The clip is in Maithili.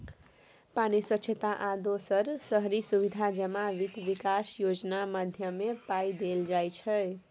पानि, स्वच्छता आ दोसर शहरी सुबिधा जमा बित्त बिकास योजना माध्यमे पाइ देल जाइ छै